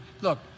Look